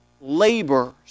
laborers